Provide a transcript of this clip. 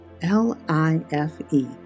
L-I-F-E